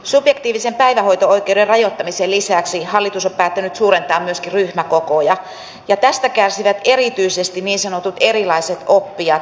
subjektiivisen päivähoito oikeuden rajoittamisen lisäksi hallitus on päättänyt suurentaa myöskin ryhmäkokoja ja tästä kärsivät erityisesti niin sanotut erilaiset oppijat